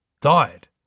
died